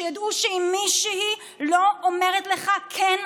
שידעו שאם מישהי לא אומרת לך: כן,